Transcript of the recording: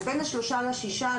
בין השלושה לשישה,